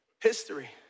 History